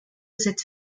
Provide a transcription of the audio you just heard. cette